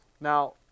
Now